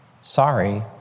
sorry